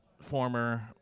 Former